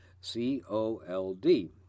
C-O-L-D